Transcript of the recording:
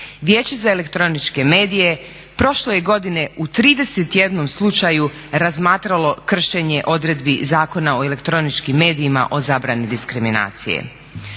Vijeće za elektroničke medije prošle je godine u 31 slučaju razmatralo kršenje odredbi Zakona o elektroničkim medijima o zabrani diskriminacije.